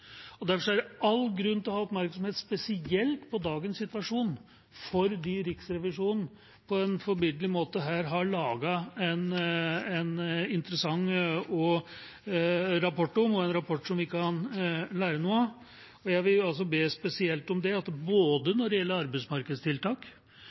er det all grunn til å ha oppmerksomhet spesielt på dagens situasjon, for Riksrevisjonen har her på en forbilledlig måte laget en interessant rapport, en rapport som vi kan lære noe av. Jeg vil også be spesielt om at vi både når det gjelder arbeidsmarkedstiltak, tilbud om praksisplasser, for vi vet at